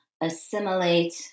Assimilate